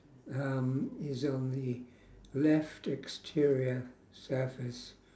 um is on the left exterior surface